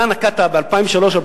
אתה נקטת ב-2003 2004,